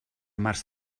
març